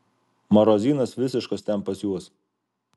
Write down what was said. marozynas visiškas ten pas juos